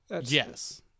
Yes